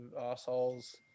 assholes